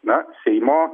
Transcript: na seimo